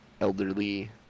elderly